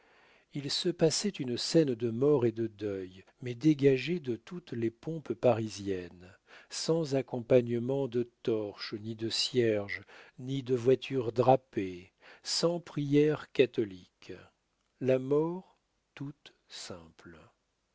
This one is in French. il se passait une scène de mort et de deuil mais dégagée de toutes les pompes parisiennes sans accompagnements de torches ni de cierges ni de voitures drapées sans prières catholiques la mort toute simple